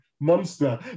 monster